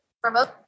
Promote